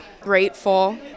Grateful